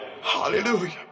Hallelujah